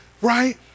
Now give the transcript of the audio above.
right